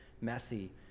messy